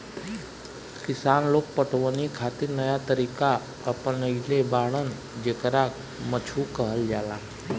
किसान लोग पटवनी खातिर नया तरीका अपनइले बाड़न जेकरा मद्दु कहल जाला